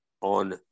on